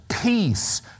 peace